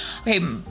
Okay